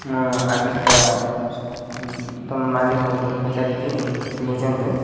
ମୁଁ ଆଡ଼୍ରେସଟା ତମ ମାଲିକଙ୍କୁ ପଚାରିକି ବୁଝନ୍ତୁ